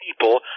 people